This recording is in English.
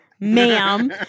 ma'am